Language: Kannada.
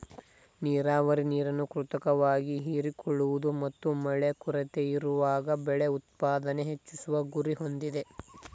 ನೀರಾವರಿ ನೀರನ್ನು ಕೃತಕವಾಗಿ ಹೀರಿಕೊಳ್ಳುವುದು ಮತ್ತು ಮಳೆ ಕೊರತೆಯಿರುವಾಗ ಬೆಳೆ ಉತ್ಪಾದನೆ ಹೆಚ್ಚಿಸುವ ಗುರಿ ಹೊಂದಿದೆ